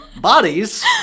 bodies